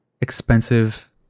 expensive